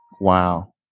Wow